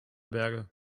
berge